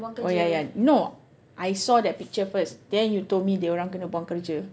oh ya ya no I saw that picture first then you told me dia orang kena buang kerja